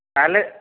ତା'ହେଲେ